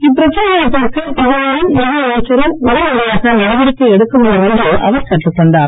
இப்பிரச்சனைகளைத் தீர்க்க பிரதமரும் நிதி அமைச்சரும் உடனடியாக நடவடிக்கை எடுக்க வேண்டும் என்று அவர் கேட்டுக் கொண்டார்